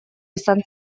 izan